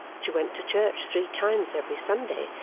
she went to church three times every sunday,